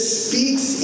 speaks